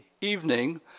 evening